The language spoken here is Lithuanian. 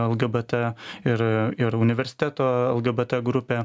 lgbt ir ir universiteto lgbt grupė